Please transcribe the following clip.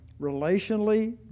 relationally